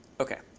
ok.